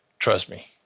trust me.